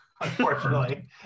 unfortunately